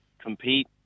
compete